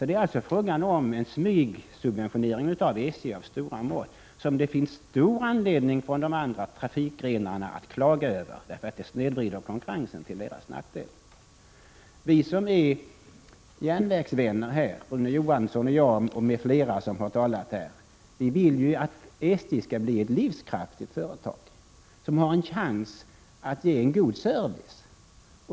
Det är alltså fråga om en smygsubventionering av SJ av stora mått, som det finns stor anledning för de andra trafikgrenarna att klaga över, eftersom det snedvrider konkurrensen till deras nackdel. Vi som är järnvägsvänner — Rune Johansson, jag m.fl. — vill ju att SJ skall bli ett livskraftigt företag som har chans att ge god service.